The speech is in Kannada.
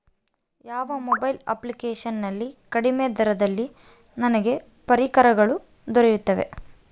ಯಾವ ಮೊಬೈಲ್ ಅಪ್ಲಿಕೇಶನ್ ನಲ್ಲಿ ಕಡಿಮೆ ದರದಲ್ಲಿ ನನಗೆ ಪರಿಕರಗಳು ದೊರೆಯುತ್ತವೆ?